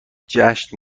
جشن